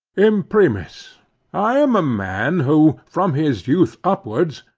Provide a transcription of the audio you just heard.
imprimis i am a man who, from his youth upwards,